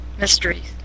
mysteries